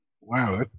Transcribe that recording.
Wow